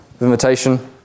invitation